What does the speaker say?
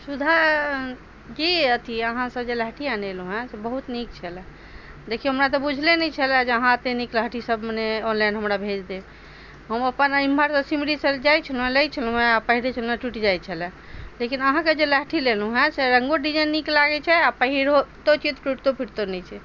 सुधा की अथी अहाँ सँ जे लहठी अनेलहुॅं हैं से बहुत नीक छलए देखियौ हमरा तऽ बुझले नहि छलए जे अहाँ अते नीक लहठी सब मने ऑनलाइन हमरा भेज देब हम अपन एमहर सँ सिमरी सँ जाइ छलहुॅं हैं लै छलहुॅं है आ पहिरै छलहुॅं टुटि जाइ छलए लेकिन अहाँके जे लहठी लेनहुॅं हैं से रंगो डिजाइन नीक लागै छै आ पहिरतो छियै तऽ टुटितो फुटितो नहि छै